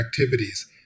activities